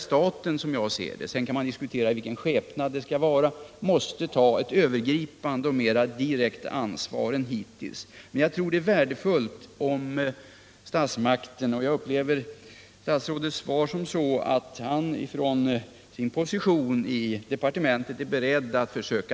Som jag ser det måste staten ta ett övergripande och mer direkt ansvar än hittills. Jag uppfattar statsrådets svar så att han från sin position i departementet är beredd ta ett samlat grepp.